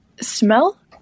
smell